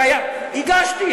הגשתי,